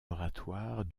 oratoire